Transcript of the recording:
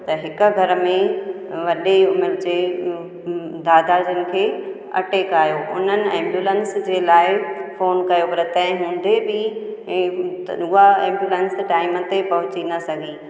त हिक घर में वॾे उमिरि जे दादा जनि खे अटेक आहियो उन्हनि एंबुलंस जे लाइ फोन कयो पर तंहिं हूंदे बि ऐं तन उहा एंबुलंस टाइम ते पहुची न सघी